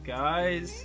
guys